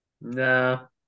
No